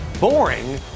boring